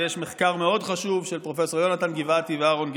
ויש מחקר מאוד חשוב של פרופ' יהונתן גבעתי ואהרן גרבר,